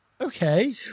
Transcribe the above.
okay